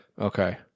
Okay